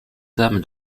dame